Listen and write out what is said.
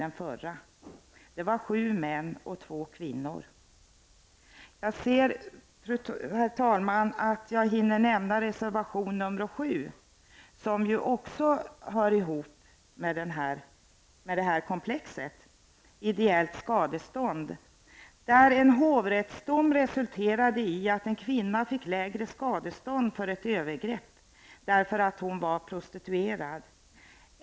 Den förra utredningsgruppen bestod av sju män och två kvinnor. Herr talman! Jag ser att jag hinner nämna reservation nr 7, som handlar om ideellt skadestånd och därför också hör ihop med det här komplexet. En hovrättsdom resulterade i att en kvinna fick lägre skadestånd för ett övergrepp på grund av att hon var prostituerad.